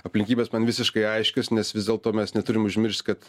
aplinkybės man visiškai aiškios nes vis dėlto mes neturim užmiršt kad